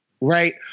Right